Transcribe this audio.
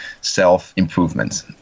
self-improvement